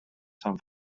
sant